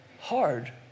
hard